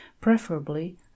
preferably